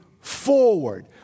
forward